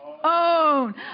own